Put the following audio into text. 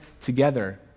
together